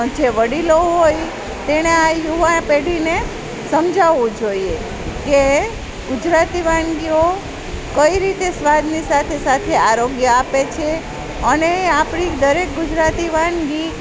જે વડીલો હોય તેણે આ યુવા પેઢીને સમજાવવું જોઈએ કે ગુજરાતી વાનગીઓ કઈ રીતે સ્વાદની સાથે સાથે આરોગ્ય આપે છે અને આપણી દરેક ગુજરાતી વાનગી